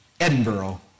Edinburgh